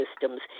systems